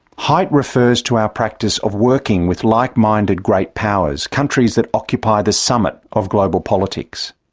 height refers to our practice of working with like-minded great powers countries that occupy the summit of global politics.